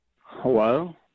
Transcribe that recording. Hello